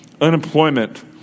unemployment